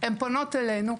הן פונות אלינו.